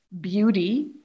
beauty